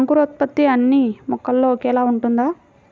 అంకురోత్పత్తి అన్నీ మొక్కల్లో ఒకేలా ఉంటుందా?